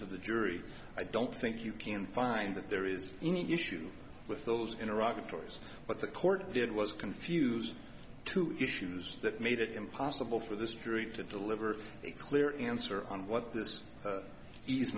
to the jury i don't think you can find that there is any issue with those in iraq of course but the court did was confused two issues that made it impossible for the street to deliver a clear answer on what this